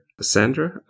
sandra